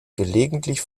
gelegentlich